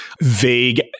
vague